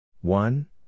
One